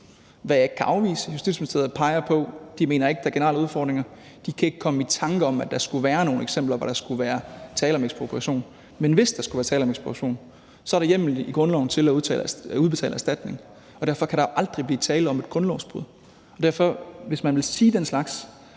hvad jeg ikke kan afvise, Justitsministeriet peger på, at de ikke mener, at der er generelle udfordringer, de kan ikke komme i tanker om, at der skulle være nogle eksempler, hvor der skulle være tale om ekspropriation, men hvis der skulle være tale om ekspropriation – så er der hjemmel i grundloven til at udbetale erstatning, og derfor kan der jo aldrig blive tale om et grundlovsbrud. Derfor, hvis man vil sige den slags,